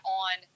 on